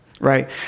right